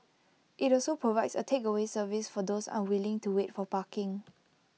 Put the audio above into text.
IT also provides A takeaway service for those unwilling to wait for parking